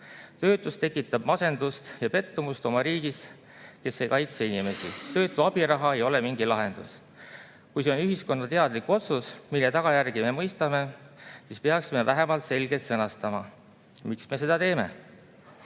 Töötus tekitab masendust ja pettumust oma riigis, kes ei kaitse inimesi. Töötu abiraha ei ole mingi lahendus. Kui see on ühiskonna teadlik otsus, mille tagajärgi me mõistame, siis peaksime vähemalt selgelt sõnastama, miks me seda teeme.